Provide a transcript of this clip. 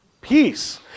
Peace